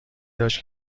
داشت